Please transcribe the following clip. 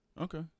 Okay